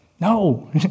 no